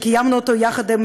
קיימנו אותו יחד עם